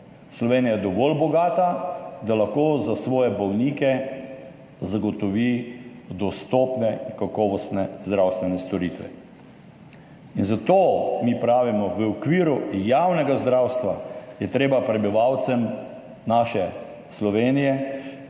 Slovenija je dovolj bogata, da lahko za svoje bolnike zagotovi dostopne, kakovostne zdravstvene storitve. Zato mi pravimo, v okviru javnega zdravstva je treba prebivalcem naše Slovenije